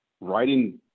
writing